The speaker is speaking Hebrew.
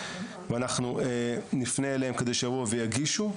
ואנחנו נפנה אליהם כדי שיבואו ויגישו.